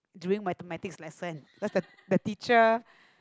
during Mathematics lesson cause the the teacher